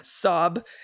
sob